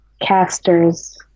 casters